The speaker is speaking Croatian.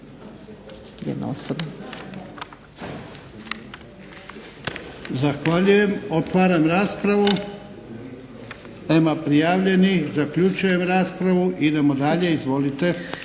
Zahvaljujem. Otvaram raspravu. Nema prijavljenih. Zaključujem raspravu. Idemo dalje izvolite.